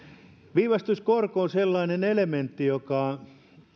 viivästyskorko on sellainen elementti